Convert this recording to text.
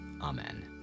Amen